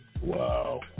Wow